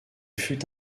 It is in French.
fut